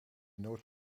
nooit